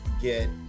get